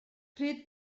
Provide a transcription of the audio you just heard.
pryd